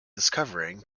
discovering